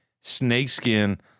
snakeskin